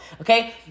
okay